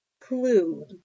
clue